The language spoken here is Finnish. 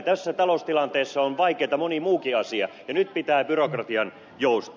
tässä taloustilanteessa on vaikeata moni muukin asia ja nyt pitää byrokratian joustaa